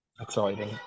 exciting